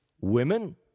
women